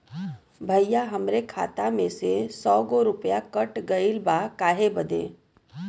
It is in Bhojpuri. भईया हमरे खाता में से सौ गो रूपया कट गईल बा काहे बदे?